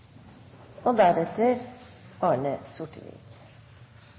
og deretter i Stortinget.